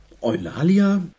Eulalia